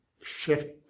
shift